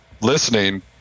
listening